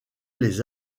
les